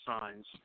signs